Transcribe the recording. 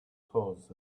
towards